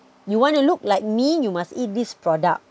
you want to look like me you must eat this product